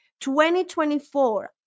2024